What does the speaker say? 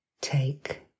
take